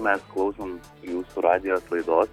mes klausom jūsų radijo laidos